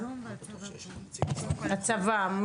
הצבא,